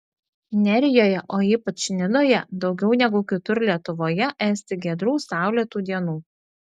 nerijoje o ypač nidoje daugiau negu kitur lietuvoje esti giedrų saulėtų dienų